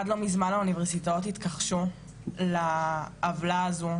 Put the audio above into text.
עד לא מזמן האוניברסיטאות התכחשו לעוולה הזו,